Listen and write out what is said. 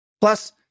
Plus